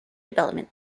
development